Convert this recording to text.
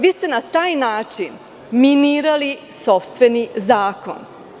Vi ste na taj način minirali sopstveni zakon.